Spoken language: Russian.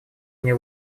мне